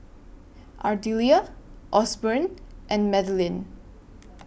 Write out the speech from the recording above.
Ardelia Osborne and Madlyn